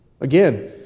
Again